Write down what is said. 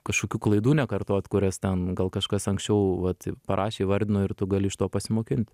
kažkokių klaidų nekartot kurias ten gal kažkas anksčiau vat parašė įvardino ir tu gali iš to pasimokint